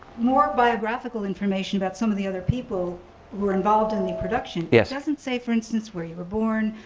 more biographical information about some of the other people who were involved in the production, yeah it doesn't say, for instance, where you were born,